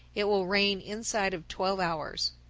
it will rain inside of twelve hours.